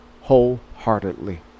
wholeheartedly